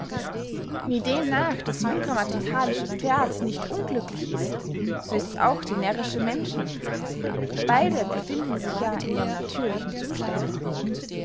wie demnach das ungrammatikalische pferd nicht unglücklich ist so ists auch der närrische mensch nicht beide befinden sich ja in ihrem natürlichen zustande